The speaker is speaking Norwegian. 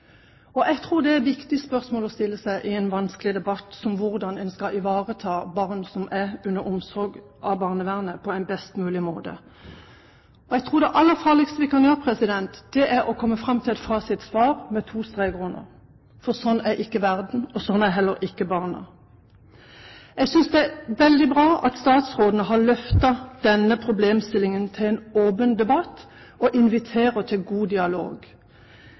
Jeg tror det er et viktig spørsmål å stille seg i en vanskelig debatt om hvordan en skal ivareta barn som er under omsorg av barnevernet, på en best mulig måte. Jeg tror det aller farligste vi kan gjøre, er å komme fram til et fasitsvar med to streker under. For sånn er ikke verden, og sånn er heller ikke barna. Jeg synes det er veldig bra at statsråden har løftet denne problemstillingen til en åpen debatt og inviterer til god dialog.